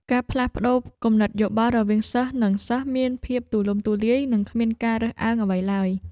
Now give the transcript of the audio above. ការផ្លាស់ប្តូរគំនិតយោបល់រវាងសិស្សនិងសិស្សមានភាពទូលំទូលាយនិងគ្មានការរើសអើងអ្វីឡើយ។